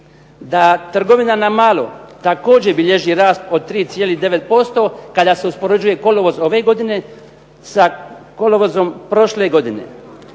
da trgovina na malo također bilježi rast od 3,9% kada se uspoređuje kolovoz ove godine sa kolovozom prošle godine.